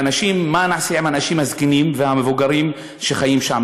ומה נעשה עם האנשים הזקנים והמבוגרים שחיים שם?